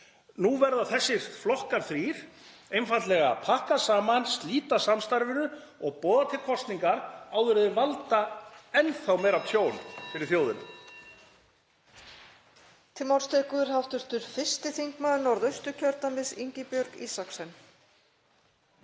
Nú verða þessir flokkar þrír einfaldlega að pakka saman, slíta samstarfinu og boða til kosninga áður en þeir valda enn þá meira tjóni fyrir þjóðina.